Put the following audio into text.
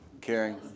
Caring